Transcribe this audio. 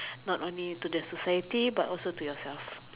not only to the society but also to yourself